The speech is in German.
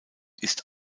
ist